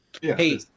hey